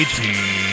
team